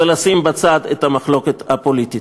ולשים בצד את המחלוקת הפוליטית.